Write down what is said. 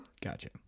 Gotcha